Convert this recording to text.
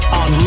on